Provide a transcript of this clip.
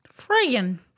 Friggin